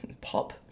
pop